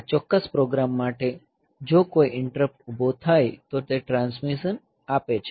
આ ચોક્કસ પ્રોગ્રામ માટે જો કોઈ ઈન્ટરપ્ટ ઊભો થાય તો તે ટ્રાન્સમિશન આપે છે